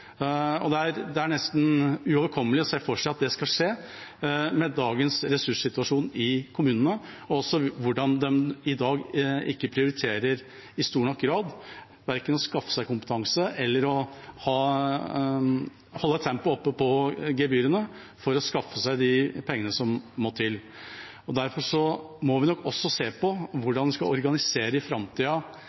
enormt mange år. Det er nesten uoverkommelig å se for seg at det skal skje med dagens ressurssituasjon i kommunene, også med tanke på hvordan de i dag ikke i stor nok grad prioriterer verken å skaffe seg kompetanse eller å holde tempoet oppe på gebyrene for å skaffe seg de pengene som må til. Derfor må vi nok også se på hvordan vi i framtida skal organisere